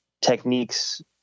techniques